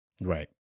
Right